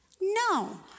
No